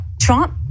Trump